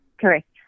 Correct